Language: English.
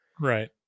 right